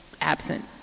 absent